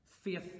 faith